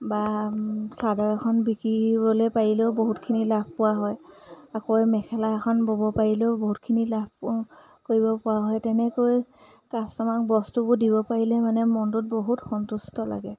বা চাদৰ এখন বিকিবলে পাৰিলেও বহুতখিনি লাভ পোৱা হয় আকৌ মেখেলা এখন ব'ব পাৰিলেও বহুতখিনি লাভ পো কৰিব পৰা হয় তেনেকৈ কাষ্টমাৰক বস্তুবোৰ দিব পাৰিলে মানে মনটোত বহুত সন্তুষ্ট লাগে